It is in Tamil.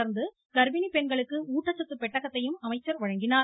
தொடர்ந்து கர்பிணி பெண்களுக்கு ஊட்டச்சத்து பெட்டகத்தையும் அமைச்சர் வழங்கினார்